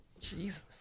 Jesus